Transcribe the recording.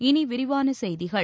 இனி விரிவான செய்திகள்